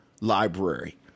library